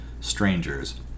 strangers